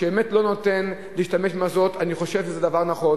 שבאמת לא נותן להשתמש במזוט - אני חושב שזה דבר נכון.